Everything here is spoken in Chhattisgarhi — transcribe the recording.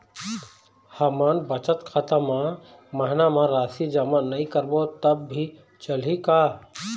हमन बचत खाता मा महीना मा राशि जमा नई करबो तब भी चलही का?